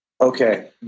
Okay